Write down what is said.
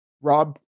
Rob